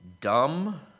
dumb